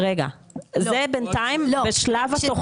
זה בינתיים בשלב התוכנית.